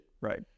Right